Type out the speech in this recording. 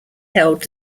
held